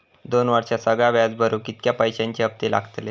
दोन वर्षात सगळा व्याज भरुक कितक्या पैश्यांचे हप्ते लागतले?